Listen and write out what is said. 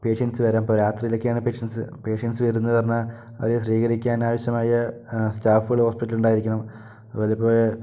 patients വരാം ഇപ്പോൾ രാത്രിയിലൊക്കെയാണ് പേഷ്യൻസ് പേഷ്യൻസ് വരുന്നത് പറഞ്ഞാൽ അവരെ സ്വീകരിക്കാൻ ആവശ്യമായ സ്റ്റാഫുകള് ഹോസ്പിറ്റലിൽ ഉണ്ടായിരിക്കണം അതുപോലെ ഇപ്പോൾ